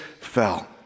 fell